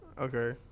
Okay